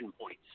points